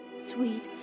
Sweet